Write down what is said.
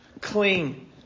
cling